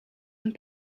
and